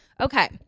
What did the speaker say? Okay